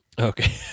Okay